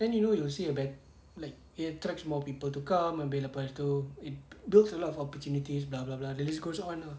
then you will see a better like it attracts more people to come abeh lepastu boosts a lot of opportunities blah blah blah the list goes on ah